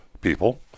people